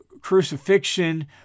crucifixion